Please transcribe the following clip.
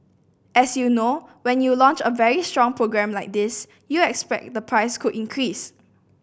as you know when you launch a very strong program like this you expect the price could increase